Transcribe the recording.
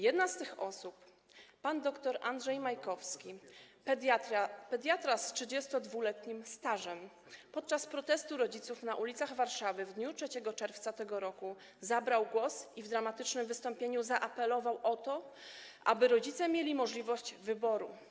Jedna z tych osób, pan dr Andrzej Majkowski, pediatra z 32-letnim stażem, podczas protestu rodziców na ulicach Warszawy w dniu 3 czerwca tego roku zabrał głos i w dramatycznym wystąpieniu zaapelował o to, aby rodzice mieli możliwość wyboru.